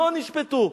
לא נשפטו.